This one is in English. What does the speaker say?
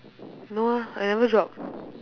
no ah I never drop